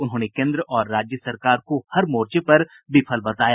उन्होंने केन्द्र और राज्य सरकार को हर मोर्चे पर विफल बताया